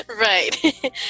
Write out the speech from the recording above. Right